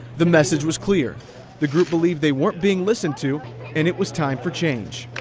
the message was clear the group believed they weren't being listened to and it was time for change.